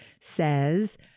says